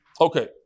Okay